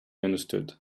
understood